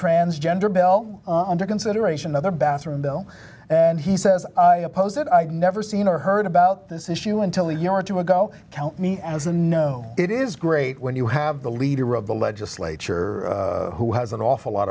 transgender bell on the consideration of the bathroom bill and he says i oppose it i've never seen or heard about this issue until you are two ago count me as a know it is great when you have the leader of the legislature who has an awful lot